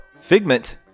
Figment